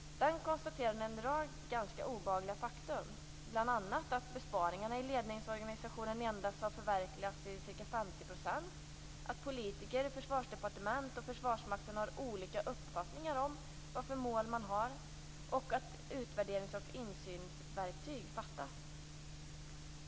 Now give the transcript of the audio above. Den konstaterade en rad ganska obehagliga fakta, bl.a. att besparingarna i ledningsorganisationen endast har förverkligats till ca 50 %, att politiker, Försvarsdepartementet och Försvarsmakten har olika uppfattningar om vad för mål man har och att utvärderings och insynsverktyg fattas.